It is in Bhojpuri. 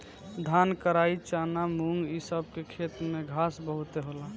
धान, कराई, चना, मुंग इ सब के खेत में घास बहुते होला